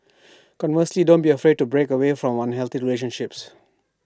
conversely don't be afraid to break away from unhealthy relationships